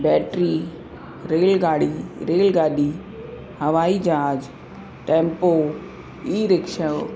battery रेलगाड़ी रेलगाॾी हवाई जहाज टेंपू ई रिक्शा